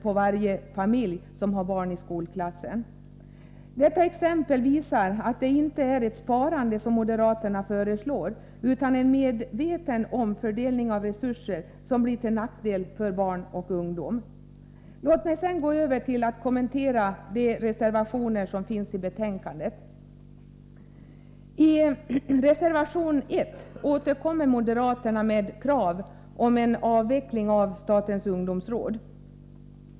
på varje familj som har barn i skolklassen. Detta exempel visar att det inte är ett sparande som moderaterna föreslår, utan en medveten omfördelning av resurser — till nackdel för barn och ungdom. Låt mig sedan gå över till att kommentera de reservationer som finns fogade till betänkandet. I reservation 1 återkommer moderaterna med krav om en avveckling av statens ungdomsråd.